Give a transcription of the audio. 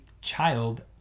child